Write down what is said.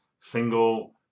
single